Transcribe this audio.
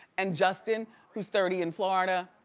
and justin who's thirty in florida.